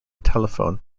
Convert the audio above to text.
telephone